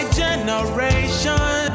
generation